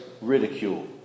ridicule